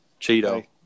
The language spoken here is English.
Cheeto